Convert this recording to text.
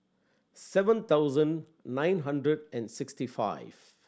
seven thousand nine hundred and sixty five